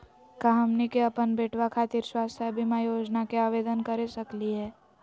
का हमनी के अपन बेटवा खातिर स्वास्थ्य बीमा योजना के आवेदन करे सकली हे?